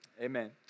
amen